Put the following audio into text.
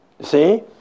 see